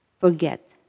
forget